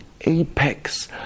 apex